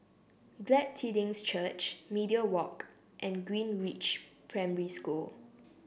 Glad Tidings Church Media Walk and Greenridge Primary School